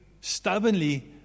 stubbornly